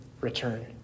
return